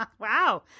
Wow